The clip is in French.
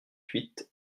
huit